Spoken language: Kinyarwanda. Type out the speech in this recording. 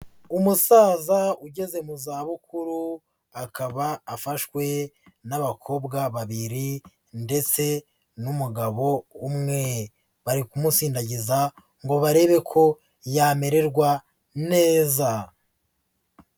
Umusaza ugeze mu zabukuru, akaba afashwe n'abakobwa babiri ndetse n'umugabo umwe. Bari kumusindagiza ngo barebe ko yamererwa neza.